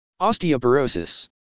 Osteoporosis